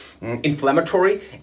inflammatory